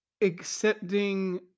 accepting